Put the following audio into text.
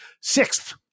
sixth